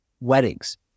weddings